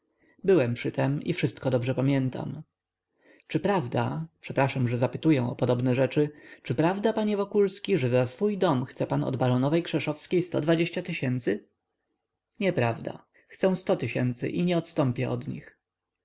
byłem przytem i wszystko dobrze pamiętam czy prawda przepraszam że zapytuję o podobne rzeczy czy prawda panie wokulski że za swój dom chce pan od baronowej krzeszowskiej sto dwadzieścia tysięcy nieprawda odpowiedział stach chcę sto tysięcy i nie odstąpię od nich